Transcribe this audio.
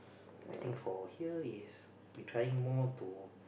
I think for here is we trying more to